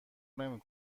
نمی